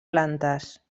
plantes